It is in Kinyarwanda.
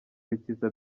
bikiza